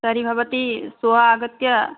तर्हि भवती श्वः आगत्य